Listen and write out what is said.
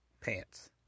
Pants